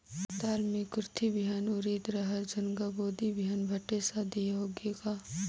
दाल मे कुरथी बिहान, उरीद, रहर, झुनगा, बोदी बिहान भटेस आदि होगे का?